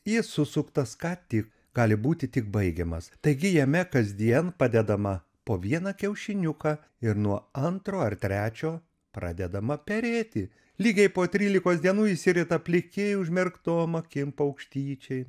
jis susuktas ką tik gali būti tik baigiamas taigi jame kasdien padedama po vieną kiaušiniuką ir nuo antro ar trečio pradedama perėti lygiai po trylikos dienų išsirita pliki užmerktom akim paukštyčiai